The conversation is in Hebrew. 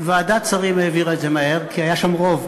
בגלל זה ועדת שרים, ככה מהר, העבירה?